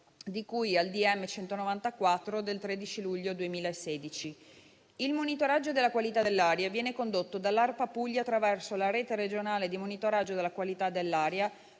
ministeriale n. 194 del 13 luglio 2016. Il monitoraggio della qualità dell'aria viene condotto dall'ARPA Puglia attraverso la rete regionale di monitoraggio della qualità dell'aria,